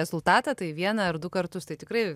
rezultatą tai vieną ar du kartus tai tikrai